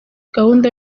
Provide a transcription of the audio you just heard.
gahunda